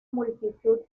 multitud